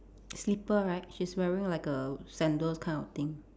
slipper right she's wearing like a sandals kind of thing